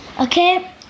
Okay